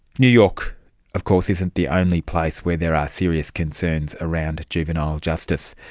new york of course isn't the only place where there are serious concerns around juvenile justice.